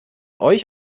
euch